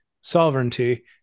sovereignty